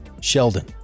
Sheldon